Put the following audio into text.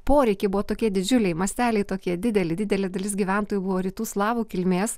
poreikiai buvo tokie didžiuliai masteliai tokie dideliai didelė dalis gyventojų buvo rytų slavų kilmės